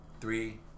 three